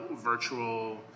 virtual